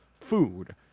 food